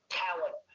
talent